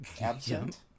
absent